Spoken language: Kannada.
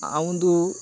ಆ ಒಂದು